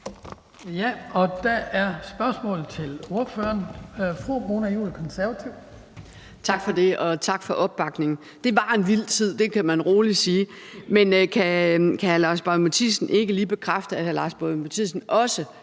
Der er spørgsmål til ordføreren. Fru Mona Juul, Konservative. Kl. 20:10 Mona Juul (KF): Tak for det, og tak for opbakningen. Det var en vild tid. Det kan man roligt sige. Men kan hr. Lars Boje Mathiesen ikke lige bekræfte, at hr. Lars Boje Mathiesen også